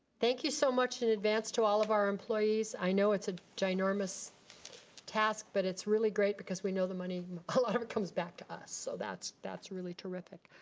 thank you so much in advance to all of our employees. i know it's a ginormous task, but it's really great because we know the money we pull out of it comes back to us, so that's that's really terrific.